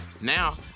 Now